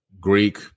Greek